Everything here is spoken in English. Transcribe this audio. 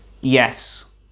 Yes